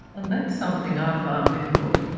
and that's something i find difficult,